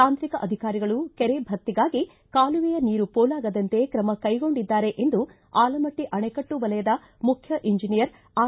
ತಾಂತ್ರಿಕ ಅಧಿಕಾರಿಗಳು ಕೆರೆ ಭರ್ತಿಗಾಗಿ ಕಾಲುವೆಯ ನೀರು ಪೋಲಾಗದಂತೆ ಕ್ರಮ ಕೈಗೊಂಡಿದ್ದಾರೆ ಎಂದು ಆಲಮಟ್ಟಿ ಆಣೆಕಟ್ಟು ವಲಯದ ಮುಖ್ಯ ಎಂಜಿನಿಯರ್ ಆರ್